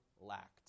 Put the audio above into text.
lacked